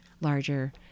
larger